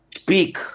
speak